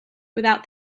without